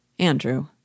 Andrew